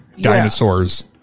dinosaurs